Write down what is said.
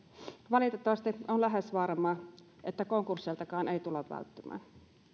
valitettavasti on lähes varmaa että konkursseiltakaan ei tulla välttymään